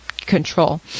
control